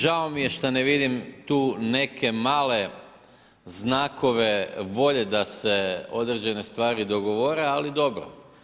Žao mi je što ne vidim tu neke male znakove volje da se određene stvari dogovore, ali dobro.